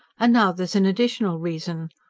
and now there's an additional reason.